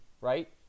right